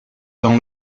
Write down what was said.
dans